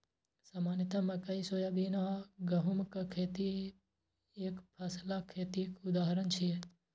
सामान्यतः मकइ, सोयाबीन आ गहूमक खेती एकफसला खेतीक उदाहरण छियै